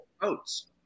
votes